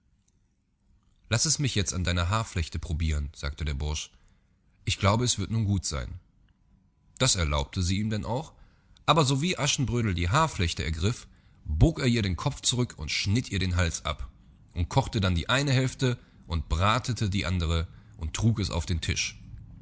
laß es mich jetzt an deiner haarflechte probiren sagte der bursch ich glaube es wird nun gut sein das erlaubte sie ihm denn auch aber sowie aschenbrödel die haarflechte ergriff bog er ihr den kopf zurück und schnitt ihr den hals ab und kochte dann die eine hälfte und bratete die andere und trug es auf den tisch